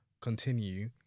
continue